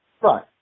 Right